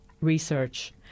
research